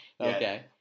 Okay